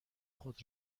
خود